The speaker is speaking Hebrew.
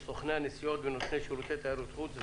של סוכני הנסיעות ונותני שירות תיירות חוץ,